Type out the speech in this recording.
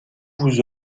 vous